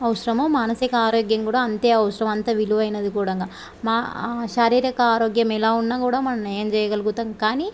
అవసరమో మానసిక ఆరోగ్యం కూడా అంతే అవసరం అంత విలువైనది కూడా మా శారీరిక ఆరోగ్యం ఎలా ఉన్నా కూడా మనం నయం చేయగలుగుతాం కానీ